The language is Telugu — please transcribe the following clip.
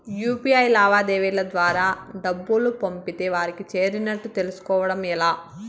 యు.పి.ఐ లావాదేవీల ద్వారా డబ్బులు పంపితే వారికి చేరినట్టు తెలుస్కోవడం ఎలా?